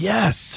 Yes